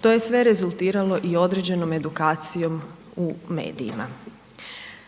to je sve rezultiralo i određenom edukacijom u medijima.